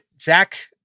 Zach